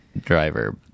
driver